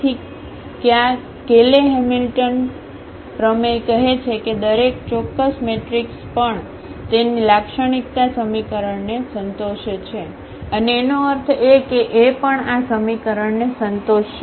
તેથી કે આ કેલે હેમિલ્ટન પ્રમેય કહે છે કે દરેક ચોરસ મેટ્રિક્સ પણ તેના લાક્ષણિકતા સમીકરણને સંતોષે છે અને એનો અર્થ એ કે A પણ આ સમીકરણને સંતોષશે